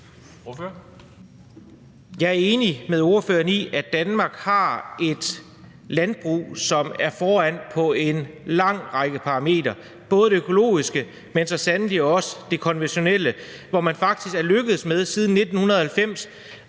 Jeg er enig med ordføreren i, at Danmark har et landbrug, som er foran på en lang række parametre, både i forhold til det økologiske, men så sandelig også det konventionelle, hvor man faktisk siden 1990